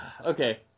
okay